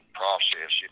process